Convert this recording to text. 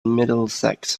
middlesex